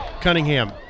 Cunningham